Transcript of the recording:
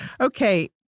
Okay